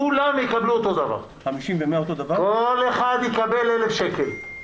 כולם יקבלו אותו דבר, כל אחד יקבל 1,000 שקלים.